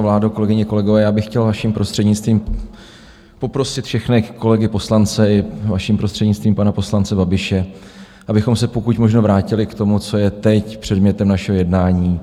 Vládo, kolegyně, kolegové, já bych chtěl vaším prostřednictvím poprosit všechny kolegy poslance a vaším prostřednictvím pana poslance Babiše, abychom se pokud možno vrátili k tomu, co je teď předmětem našeho jednání.